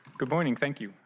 good morning, thank you.